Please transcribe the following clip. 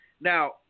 Now